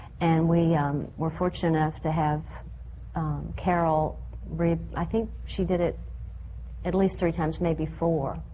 and we um were fortunate enough to have carol read. i think she did it at least three times, maybe four,